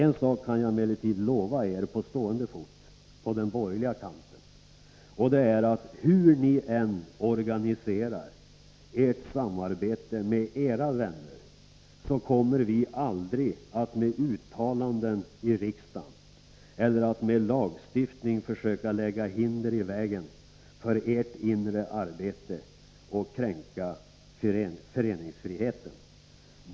En sak kan jag emellertid lova er på stående fot: Hur ni än organiserar ert samarbete med era vänner, så kommer vi aldrig att med uttalanden i riksdagen eller att med lagstiftning försöka lägga hinder i vägen för ert inre arbete och kränka föreningsfriheten.